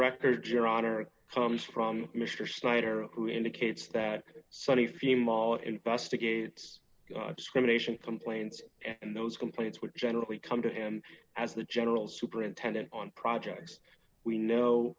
record your honor comes from mr snyder who indicates that sonny femal investigates discrimination complaints and those complaints would generally come to him as the general superintendent on projects we know